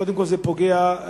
קודם כול זה פוגע בכנסת,